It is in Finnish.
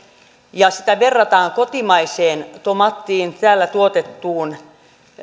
ja sitä verrataan kotimaiseen tomaattiin täällä tuotettuun